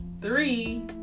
three